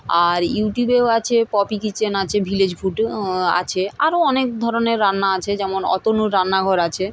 আর ইউটিউবেও আছে Poppy Kitchen আছে ভিলেজ ফুডও আছে আরো অনেক ধরনের রান্না আছে যেমন অতনুর রান্নাঘর আছে